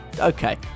Okay